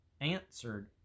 answered